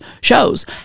shows